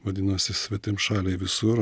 vadinosi svetimšaliai visur